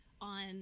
on